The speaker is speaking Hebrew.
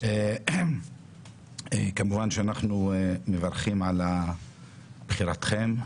כמובן שאנחנו מברכים על בחירתכם,